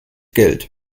geld